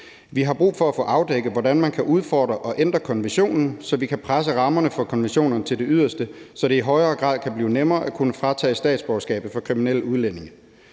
Vi har brug for at få afdækket, hvordan man kan udfordre og ændre konventionen, så vi kan presse rammerne for konventionerne til det yderste, så det i højere grad kan blive nemmere at kunne fratage statsborgerskabet fra kriminelle udlændinge.